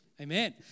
Amen